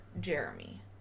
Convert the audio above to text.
Jeremy